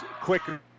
quicker